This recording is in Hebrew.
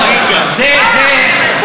קוראים לזה כאוס.